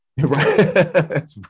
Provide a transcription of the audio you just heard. Right